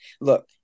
Look